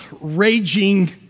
raging